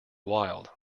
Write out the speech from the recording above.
wild